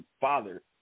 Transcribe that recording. father